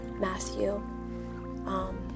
Matthew